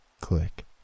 click